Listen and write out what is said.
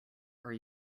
are